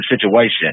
situation